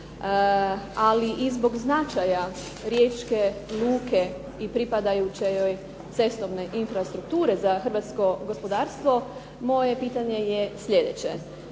ali i zbog značaja Riječke luke i pripadajuće joj cestovne infrastrukture za hrvatsko gospodarstvo moje pitanje je slijedeće.